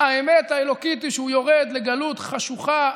האמת האלוקית היא שהוא יורד לגלות חשוכה,